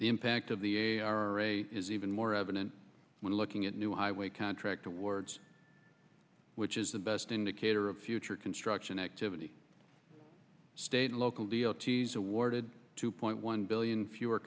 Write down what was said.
the impact of the is even more evident when looking at new highway contract awards which is the best indicator of future construction activity state and local deal te's awarded two point one billion fewer